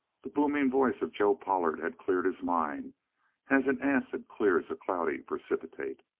the booming voice of joe pollard had cleared his mind as an acid clears a cloudy precipitate.